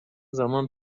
زمان